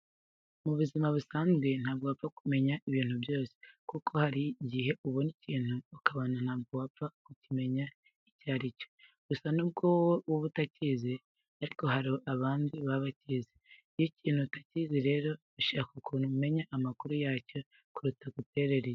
Mu buzima busanzwe ntabwo wapfa kumenya ibintu byose kuko hari igihe ubona ikintu ukabona ntabwo wapfa kumenya icyo ari cyo. Gusa nubwo wowe uba utakizi ariko hari abandi baba bakizi. Iyo ikintu utakizi rero ushaka ukuntu umenya amakuru yacyo kuruta guterera iyo.